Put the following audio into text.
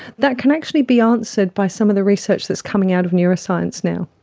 that can actually be answered by some of the research that is coming out of neuroscience now.